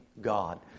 God